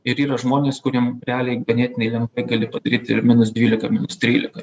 ir yra žmonės kuriem realiai ganėtinai lengvai gali padaryt ir minus dvylika minus trylika